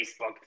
Facebook